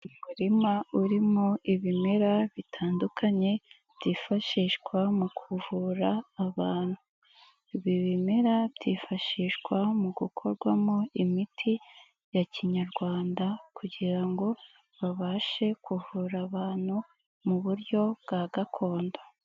Umurima urimo ibimera bitandukanye byifashishwa mu kuvura abantu ibimera byifashishwa mu gukorwamo imiti ya kinyarwanda kugira ngo babashe kuvura abantu mu buryo bwa gakondo.